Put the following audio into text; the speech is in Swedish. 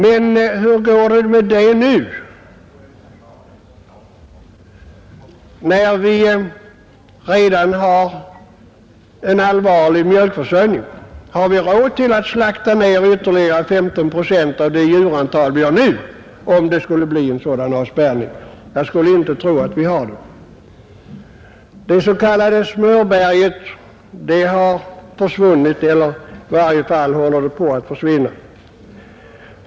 Men hur går det med detta när vi redan har en otillräcklig mjölkförsörjning? Har vi råd att slakta ner ytterligare 15 procent av det djurantal vi har nu, om det skulle bli en sådan avspärrning? Jag skulle inte tro att vi har det. Det s.k. smörberget har försvunnit eller i varje fall håller det på att försvinna.